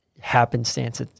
happenstance